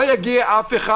לא יגיע אף אחד.